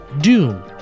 Doom